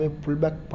pullback